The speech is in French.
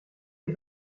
est